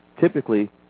Typically